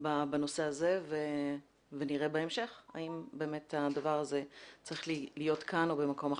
בנושא הזה ונראה בהמשך האם החוק הזה צריך להיות כאן או במקום אר.